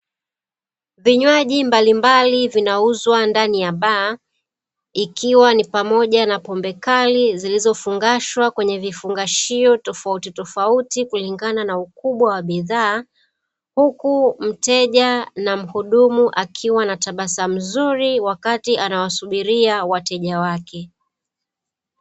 Vinywaji mbalimbali vinauzwa ndani ya baa, ikiwa ni pamoja na pombe kali zilizofungashwa kwenye vifungashio tofautitofauti kulingana na ukubwa wa bidhaa, huku mteja na mhudumu akiwa na tabasamu zuri wakati anawasubiria wateja wake.